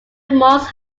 mosques